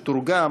שתורגם